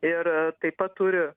ir taip pat turi